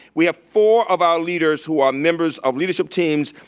we have four of our leaders who are members of leadership teams,